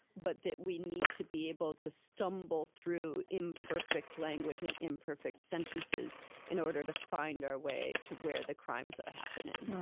but that we need to be able to stumble through imperfect language and imperfect sentences in order to find our way to where the crimes are happening